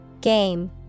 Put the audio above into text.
game